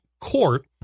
court